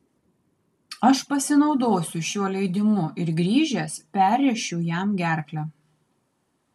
aš pasinaudosiu šiuo leidimu ir grįžęs perrėšiu jam gerklę